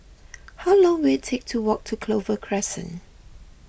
how long will it take to walk to Clover Crescent